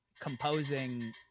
composing